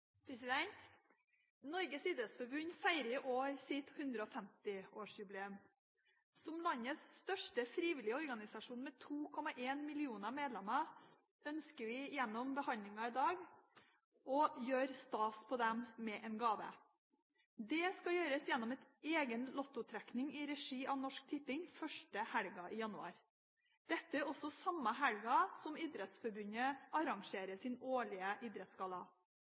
landets største frivillige organisasjon med 2,1 millioner medlemmer ønsker vi gjennom behandlingen i dag å gjøre stas på dem med en gave. Det skal gjøres gjennom en egen lottotrekning i regi av Norsk Tipping den første helgen i januar. Dette er den samme helgen som Idrettsforbundet arrangerer sin årlige